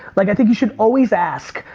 like i think you should always ask.